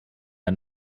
der